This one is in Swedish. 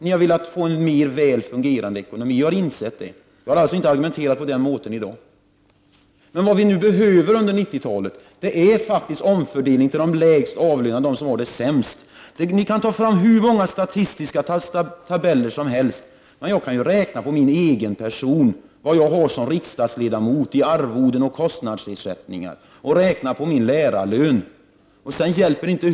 Ni har velat få en bättre fungerande ekonomi. Jag har insett det, och jag har alltså inte argumenterat om det i dag. Vad som behövs under 90-talet är alltså en omfördelning till de lägst avlönade, till dem som har det sämst. Ni kan ta fram hur många statistiska tabeller som helst, men jag kan se till min egen person och räkna på vad jag som riksdagsledamot har i arvoden och kostnadsersättningar och räkna på min lärarlön.